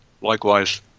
Likewise